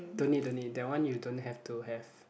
don't need don't need that one you don't have to have